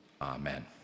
Amen